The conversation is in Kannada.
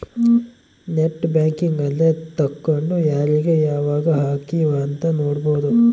ನೆಟ್ ಬ್ಯಾಂಕಿಂಗ್ ಅಲ್ಲೆ ತೆಕ್ಕೊಂಡು ಯಾರೀಗ ಯಾವಾಗ ಹಕಿವ್ ಅಂತ ನೋಡ್ಬೊದು